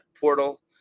portal